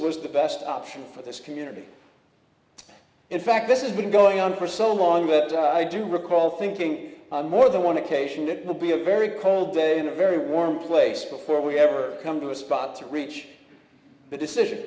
was the best option for this community in fact this is been going on for so long i do recall thinking more than one occasion it will be a very cold day in a very warm place before we ever come to a spot to reach the decision